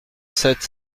sept